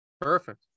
perfect